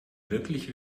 wirklich